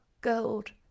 gold—